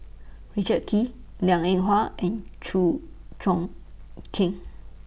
Richard Kee Liang Eng Hwa and Chew Choo Keng